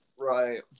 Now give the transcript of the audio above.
Right